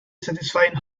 satisfying